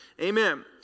Amen